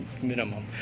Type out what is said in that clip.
minimum